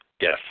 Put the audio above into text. Yes